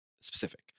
specific